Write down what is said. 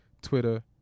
Twitter